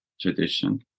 tradition